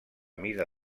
mida